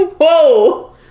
Whoa